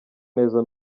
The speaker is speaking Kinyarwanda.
neza